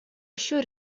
еще